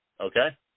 okay